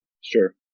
Sure